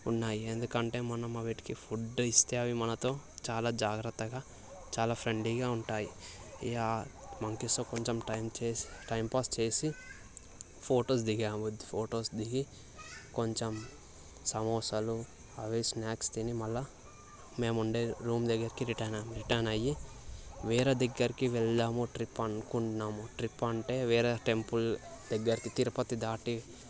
ఉన్నాయి ఎందుకంటే మనం వీటికి ఫుడ్డు ఇస్తే అవి మనతో చాలా జాగ్రత్తగా చాలా ఫ్రెండ్లీగా ఉంటాయి ఇంక మంకీస్తో కొంచెం టైం చేసి టైంపాస్ చేసి ఫొటోస్ దిగాము ఫొటోస్ దిగి కొంచెం సమోసాలు అవి స్నాక్స్ తిని మళ్ళా మేము ఉండే రూమ్ దగ్గరకి రిటర్న్ రిటర్న్ అయ్యి వేరే దగ్గరకి వెళ్దాము ట్రిప్ అనుకున్నాము ట్రిప్ అంటే వేరే టెంపుల్ దగ్గరకి తిరుపతి దాటి